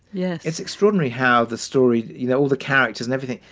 yes. it's extraordinary how the story, you know, all the characters and everything,